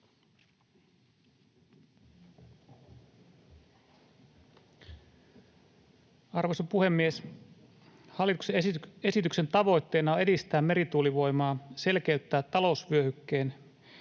Arvoisa puhemies! Hallituksen esityksen tavoitteena on edistää merituulivoimaa, selkeyttää talousvyöhykkeen